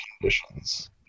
conditions